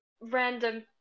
random